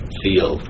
feel